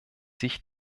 sich